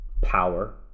power